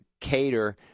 cater